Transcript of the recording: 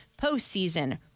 postseason